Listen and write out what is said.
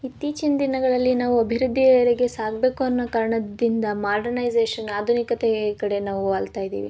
ಇತ್ತಿಚೀನ ದಿನಗಳಲ್ಲಿ ನಾವು ಅಭಿವೃದ್ಧಿಯೆಡೆಗೆ ಸಾಗಬೇಕು ಅನ್ನೋ ಕಾರಣದಿಂದ ಮಾಡರ್ನೈಸೇಶನ್ ಆಧುನಿಕತೆಯ ಈ ಕಡೆಗ ನಾವು ವಾಲುತ್ತ ಇದ್ದೀವಿ